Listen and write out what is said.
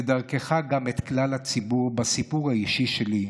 ודרכך גם את כלל הציבור, בסיפור האישי שלי,